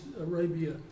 Arabia